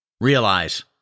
Realize